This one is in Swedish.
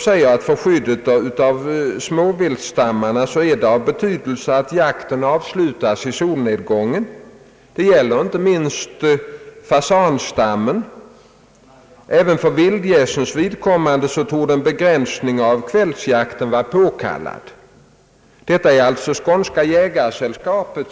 skriver: »För skyddet av småviltstammarna är det av stor betydelse att jakten avslutas vid solnedgången. Detta gäller icke minst fasanstammen. ——— Även för vildgässens vidkommande torde en begränsning av kvällsjakten vara påkallad.» Detta uttalar alltså Skånska jägarsällskapet.